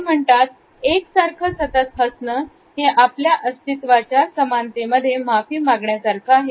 ते म्हणतात एक सारखं सतत हसणं हे आपल्या अस्तित्वाच्या समानते मध्ये माफी मागण्या सारखं आहे